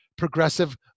progressive